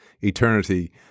eternity